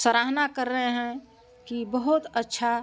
सराहना कर रहें हैं कि बहुत अच्छा